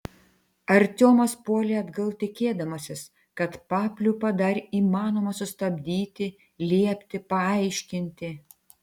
artiomas puolė atgal tikėdamasis kad papliūpą dar įmanoma sustabdyti liepti paaiškinti